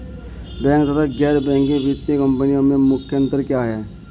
Bank तथा गैर banking वित्तीय कंपनियों में मुख्य अंतर क्या है?